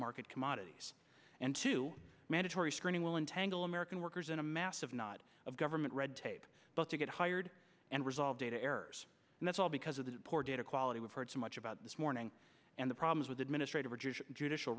market commodities and to mandatory screening will untangle american workers in a massive not of government red tape but to get hired and resolve data errors and that's all because of the poor data quality we've heard so much about this morning and the problems with administrative judicial